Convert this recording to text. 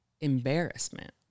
embarrassment